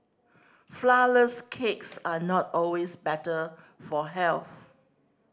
flourless cakes are not always better for health